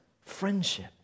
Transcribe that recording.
friendship